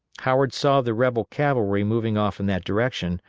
howard saw the rebel cavalry moving off in that direction,